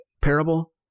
parable